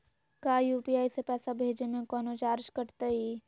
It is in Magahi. का यू.पी.आई से पैसा भेजे में कौनो चार्ज कटतई?